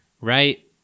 Right